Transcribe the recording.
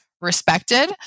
respected